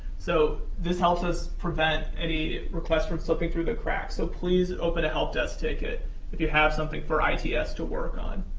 so this helps us prevent any requests from slipping through the cracks, so please open a help desk ticket if you have something for its to work on.